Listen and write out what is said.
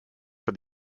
for